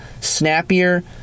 Snappier